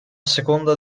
seconda